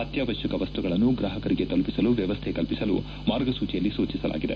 ಅಕ್ಕವಶ್ಯಕ ವಸ್ತುಗಳನ್ನು ಗ್ರಾಹಕರಿಗೆ ತಲುಪಿಸಲು ವ್ಯವಸ್ಥೆ ಕಲ್ಪಿಸಲು ಮಾರ್ಗಸೂಚಿಯಲ್ಲಿ ಸೂಚಿಸಲಾಗಿದೆ